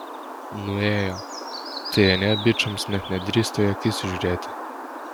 nuėjo tai anie bičams net nedrįsta į akis žiūrėti